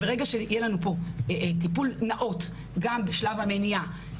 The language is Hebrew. ברגע שיהיה לנו פה טיפול נאות גם בשלב המניעה,